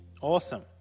Awesome